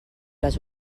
les